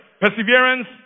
Perseverance